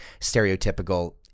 stereotypical